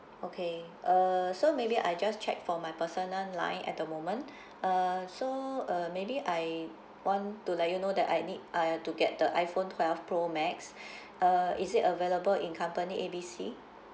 okay uh so maybe I just check for my personal line at the moment uh so uh maybe I want to let you know that I need I have to get the iphone twelve pro max uh is it available in company A B C